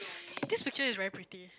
this picture is very pretty